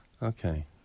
Okay